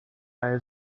eine